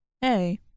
hey